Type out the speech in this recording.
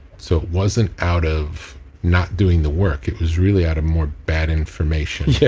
so, it wasn't out of not doing the work, it was really out of more bad information.